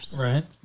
Right